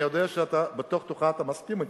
אני יודע שבתוך תוכך אתה מסכים אתי.